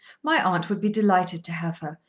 my aunt would be delighted to have her,